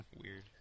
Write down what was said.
Weird